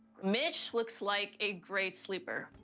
mitch looks like a great sleeper.